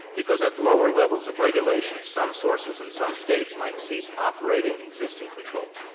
because at lower levels of regulation, some sources in some states might cease operating existing controls.